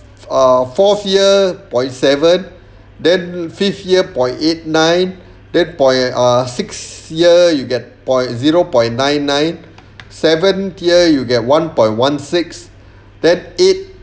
ah fourth year point seven then fifth year point eight nine then point ah sixth year you get point zero point nine nine seventh year you get one point one six then eighth